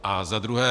A za druhé.